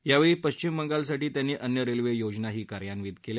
यावेळी पश्विम बंगाल साठी त्यांनी अन्य रेल्वे योजनाही कार्यान्वित केल्या